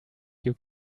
you